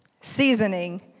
seasoning